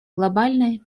глобальной